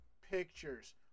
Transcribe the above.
pictures